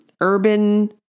urban